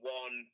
one